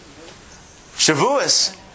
Shavuos